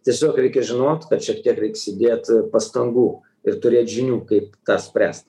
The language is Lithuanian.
tiesiog reikia žinot kad šiek tiek reiks įdėt pastangų ir turėt žinių kaip tą spręst